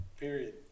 period